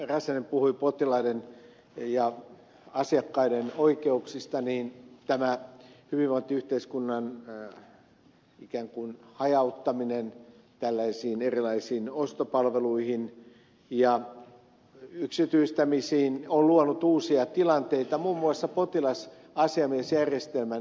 räsänen puhui potilaiden ja asiakkaiden oikeuksista niin tämä hyvinvointiyhteiskunnan ikään kuin hajauttaminen tällaisiin erilaisiin ostopalveluihin ja yksityistämisiin on luonut uusia tilanteita muun muassa potilasasiamiesjärjestelmän näkökulmasta